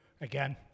Again